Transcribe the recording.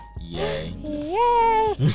yay